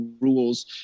rules